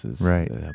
right